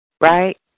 Right